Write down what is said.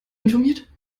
informiert